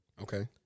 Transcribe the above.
Okay